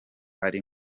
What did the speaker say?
ari